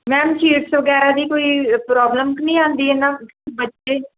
ma'am seats ਵਗੈਰਾ ਦੀ ਕੋਈ ਪ੍ਰੋਬਲਮ ਤਾਂ ਨਹੀਂ ਆਉਂਦੀ ਇਹਨਾਂ ਬੱਚੇ